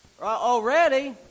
already